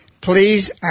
Please